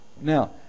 Now